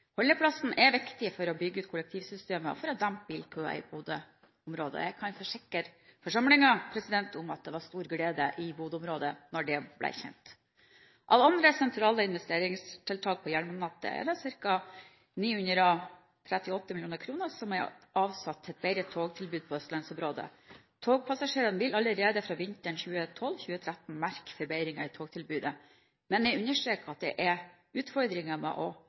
Holdeplassen er viktig for å bygge ut kollektivsystemet og for å dempe bilkøene i Bodø-området. Jeg kan forsikre forsamlingen om at det var stor glede i Bodø-området da det ble kjent. Av andre sentrale investeringstiltak på jernbanenettet er det ca. 938 mill. kr som er avsatt til et bedre togtilbud i østlandsområdet. Togpassasjerene vil allerede fra vinteren 2012–2013 merke forbedringer i togtilbudet, men jeg understreker at det er utfordringer med